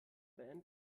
band